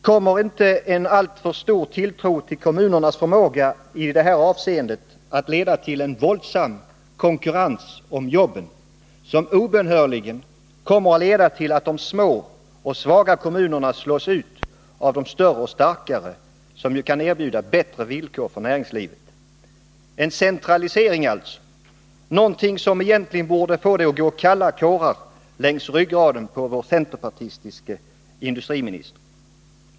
Kommer inte en alltför stor tilltro till kommunernas förmåga i detta avseende att leda till en våldsam konkurrens om jobben, som obönhörligen leder till att de små och svaga kommunerna slås ut av de större och starkare, som ju kan erbjuda bättre villkor för näringslivet? Det blir alltså en centralisering — något som borde få det att gå kalla kårar längs ryggraden på vår centerpartistiske industriminister.